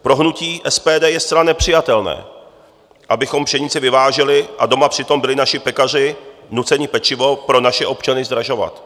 Pro hnutí SPD je zcela nepřijatelné, abychom pšenici vyváželi, a doma přitom byli naši pekaři nuceni pečivo pro naše občany zdražovat.